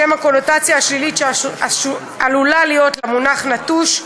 בשל הקונוטציה השלילית שעלולה להיות למונח נטוש,